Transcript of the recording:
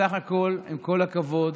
עם כל הכבוד,